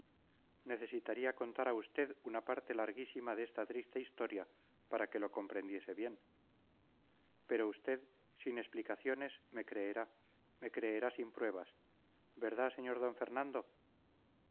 necesitaría contar a usted una parte larguísima de esta triste historia para que lo comprendiese bien pero usted sin explicaciones me creerá me creerá sin pruebas verdad sr d fernando